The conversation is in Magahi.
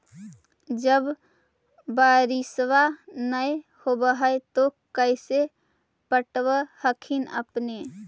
जब बारिसबा नय होब है तो कैसे पटब हखिन अपने?